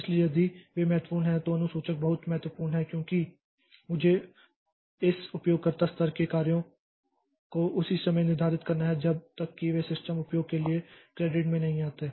इसलिए यदि वे महत्वपूर्ण हैं तो अनुसूचक बहुत महत्वपूर्ण है क्योंकि मुझे इस उपयोगकर्ता स्तर की कार्यों को उसी समय निर्धारित करना है जब तक कि वे सिस्टम उपयोग के लिए क्रेडिट में नहीं आते हैं